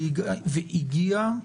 הישיבה נעולה.